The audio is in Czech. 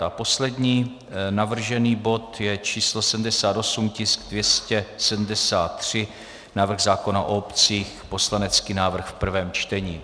A poslední navržený bod je číslo 78, tisk 273, návrh zákona o obcích, poslanecký návrh v prvém čtení.